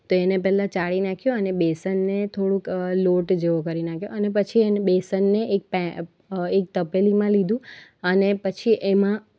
તો એને પહેલાં ચાળી નાખ્યું અને બેસનને થોળુંક લોટ જેવો કરી નાખ્યો અને પછી એને બેસનને એક પેન એક તપેલીમાં લીધું અને પછી એમાં